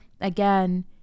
again